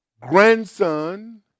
grandson